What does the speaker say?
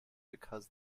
because